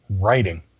writing